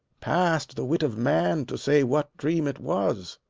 past the wit of man to say what dream it was.